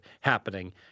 happening